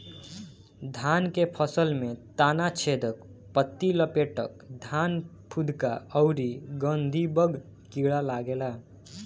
धान के फसल में तना छेदक, पत्ति लपेटक, धान फुदका अउरी गंधीबग कीड़ा लागेला